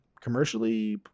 commercially